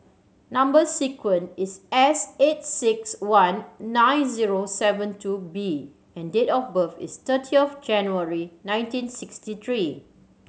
number sequence is S eight six one nine zero seven two B and date of birth is thirty of January nineteen sixty three